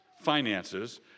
finances